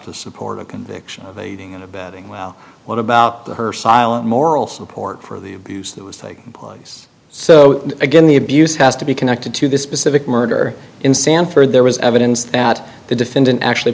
to support a conviction of aiding and abetting well what about her silent moral support for the abuse that was taking place so again the abuse has to be connected to this specific murder in sanford there was evidence that the defendant actually